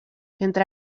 entre